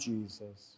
Jesus